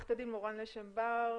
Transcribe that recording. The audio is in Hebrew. עורכת הדין מורן לשם בר,